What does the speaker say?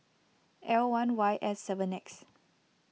L one Y S seven X